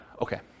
Okay